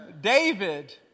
David